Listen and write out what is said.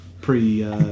pre